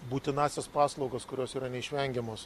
būtinąsias paslaugas kurios yra neišvengiamos